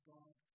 God